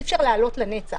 אי אפשר להעלות לנצח,